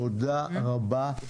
תודה רבה.